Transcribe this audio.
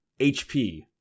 HP